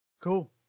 Cool